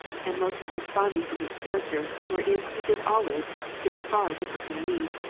and most corresponding to his character, wherein he did always very far differ from me,